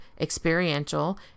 experiential